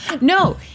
No